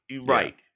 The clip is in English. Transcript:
Right